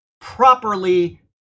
properly